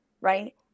right